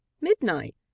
midnight